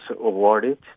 awarded